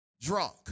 drunk